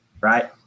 right